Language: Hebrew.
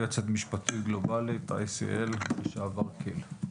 יועצת משפטית גלובלית ICL לשעבר כיל,